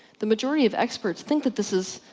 the majority of experts think that this is,